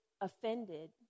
offended